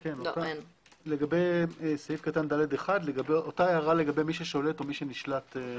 לגבי סעיף קטן (ד)(1), לגבי מי ששולט או נשלט.